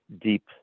deep